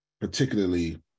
particularly